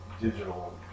digital